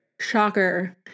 Shocker